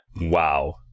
Wow